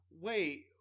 wait